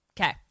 Okay